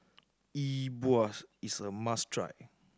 e buas is a must try